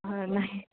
ह नाही